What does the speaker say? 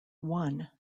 one